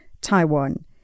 Taiwan